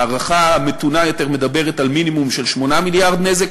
ההערכה המתונה יותר מדברת על מינימום של 8 מיליארד נזק